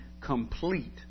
complete